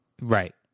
Right